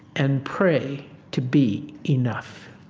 and pray to be enough.